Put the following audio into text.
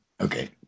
Okay